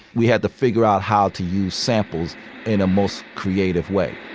we had to figure out how to use samples in a most creative way